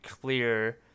clear